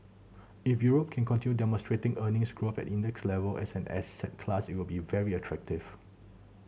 if Europe can continue demonstrating earnings growth at index level as an asset class it will be very attractive